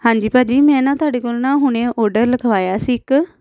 ਹਾਂਜੀ ਭਾਅ ਜੀ ਮੈਂ ਨਾ ਤੁਹਾਡੇ ਕੋਲ ਨਾ ਹੁਣੇ ਓਡਰ ਲਿਖਵਾਇਆ ਸੀ ਇੱਕ